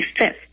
25th